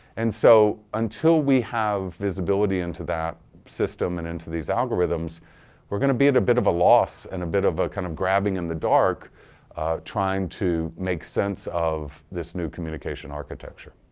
and so until we have visibility into that system and into these algorithms we're going to be at a bit of a loss and a bit of a kind of grabbing in the dark trying to make sense of this new communication architecture.